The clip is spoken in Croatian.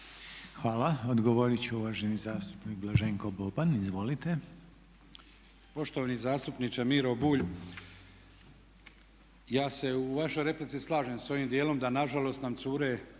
Hvala. Odgovoriti će uvaženi zastupnik Blaženko Boban. Izvolite. **Boban, Blaženko (HDZ)** Poštovani zastupniče Miro Bulj, ja se u vašoj replici slažem sa ovim dijelom da nažalost nam cure